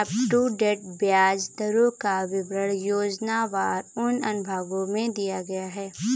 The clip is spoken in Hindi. अपटूडेट ब्याज दरों का विवरण योजनावार उन अनुभागों में दिया गया है